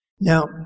Now